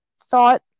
thought